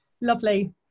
Lovely